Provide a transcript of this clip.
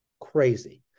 crazy